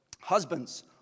Husbands